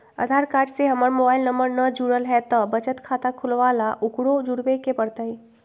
आधार card से हमर mobile number न जुरल है त बचत खाता खुलवा ला उकरो जुड़बे के पड़तई?